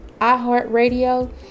iHeartRadio